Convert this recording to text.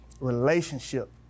relationship